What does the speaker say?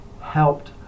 helped